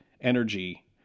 energy